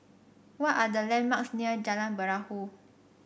what are the landmarks near Jalan Perahu